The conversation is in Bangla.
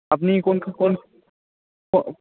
আপনি কোন কোন কোন